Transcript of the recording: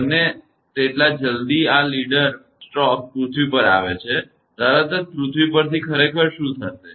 બને તેટલા જલ્દી આ લીડર સ્ટ્રોકસ પૃથ્વી પર આવે છે તરત જ પૃથ્વી પરથી ખરેખર શું થશે